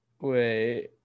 wait